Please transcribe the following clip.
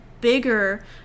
bigger